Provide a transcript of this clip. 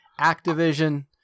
Activision